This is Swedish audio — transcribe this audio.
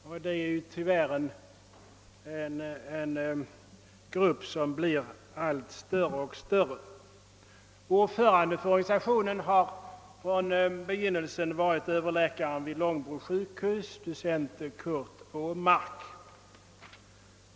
Ordförande för sammanslutningen har från begynnelsen varit överläkaren vid Långbro sjukhus do cent Curt Åmark.